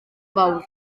fawr